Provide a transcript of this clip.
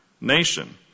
nation